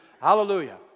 hallelujah